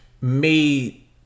made